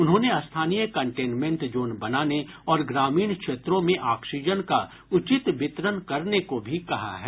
उन्होंने स्थानीय containment zone बनाने और ग्रामीण क्षेत्रों में ऑक्सीजन का उचित वितरण करने को भी कहा है